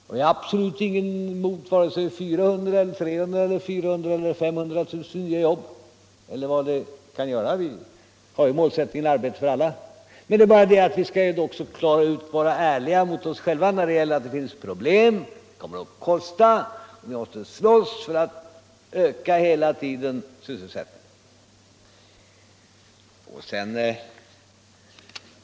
Jag har absolut inget emot vare sig 300 000, 400 000 eller 500 000 nya jobb eller vad det kan bli — vi har målsättningen arbete för alla — men vi skall också vara ärliga mot oss själva och inse att det finns problem. Detta kommer att kosta något, och vi måste slåss hela tiden för att öka sysselsättningen.